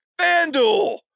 FanDuel